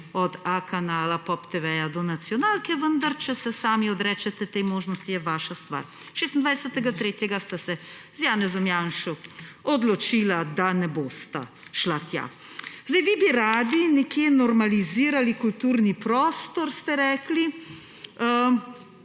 od Kanala A, Pop TV do nacionalke, vendar če se sami odrečete tej možnosti, je to vaša stvar. 26. 3. sta se z Janezom Janšo odločila, da ne bosta šla tja. Vi bi radi normalizirali kulturni prostor, ste rekli,